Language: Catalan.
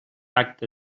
acte